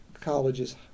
colleges